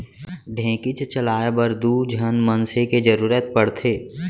ढेंकीच चलाए बर दू झन मनसे के जरूरत पड़थे